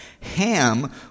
Ham